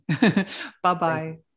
Bye-bye